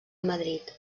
madrid